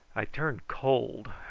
i turned cold,